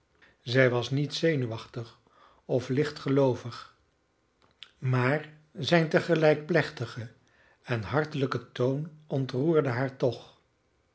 zij was niet zenuwachtig of lichtgeloovig maar zijn tegelijk plechtige en hartelijke toon ontroerde haar toch